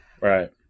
Right